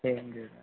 thank you sir